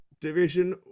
Division